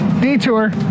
detour